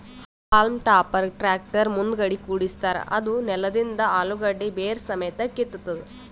haulm ಟಾಪರ್ಗ್ tractor ಮುಂದಗಡಿ ಕುಡ್ಸಿರತಾರ್ ಅದೂ ನೆಲದಂದ್ ಅಲುಗಡ್ಡಿ ಬೇರ್ ಸಮೇತ್ ಕಿತ್ತತದ್